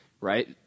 right